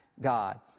God